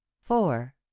Four